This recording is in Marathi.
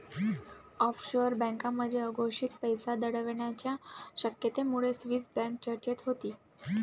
ऑफशोअर बँकांमध्ये अघोषित पैसा दडवण्याच्या शक्यतेमुळे स्विस बँक चर्चेत होती